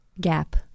Gap